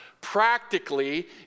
practically